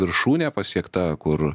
viršūnė pasiekta kur